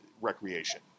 recreation